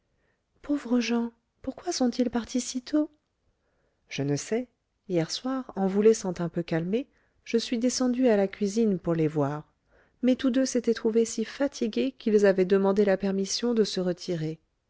pauvres gens pourquoi sont-ils partis si tôt je ne sais hier soir en vous laissant un peu calmée je suis descendue à la cuisine pour les voir mais tous deux s'étaient trouvés si fatigués qu'ils avaient demandé la permission de se retirer